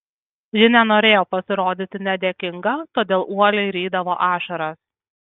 ji nenorėjo pasirodyti nedėkinga todėl uoliai rydavo ašaras